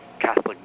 Catholic